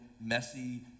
messy